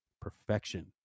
perfection